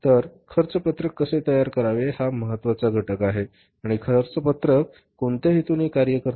तर खर्च पत्रक कसे तयार करावे हा महत्वाचा घटक आहे आणि खर्च पत्रक कोणत्या हेतूने कार्य करते